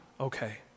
okay